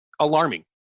alarming